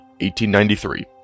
1893